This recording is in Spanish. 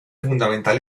fundamental